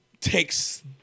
takes